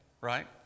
Right